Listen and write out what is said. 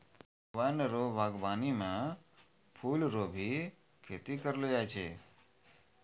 वन रो वागबानी मे फूल रो भी खेती करलो जाय छै